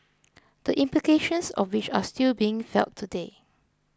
the implications of which are still being felt today